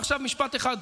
ועכשיו משפט אחד.